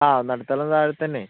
ആ നടുത്തളം താഴെത്തന്നെ